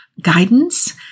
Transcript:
guidance